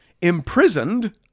imprisoned